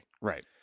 Right